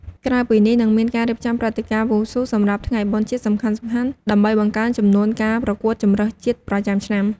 ក្រៅពីនេះនឹងមានការរៀបចំព្រឹត្តិការណ៍វ៉ូស៊ូសម្រាប់ថ្ងៃបុណ្យជាតិសំខាន់ៗ ដើម្បីបង្កើនចំនួនការប្រកួតជម្រើសជាតិប្រចាំឆ្នាំ។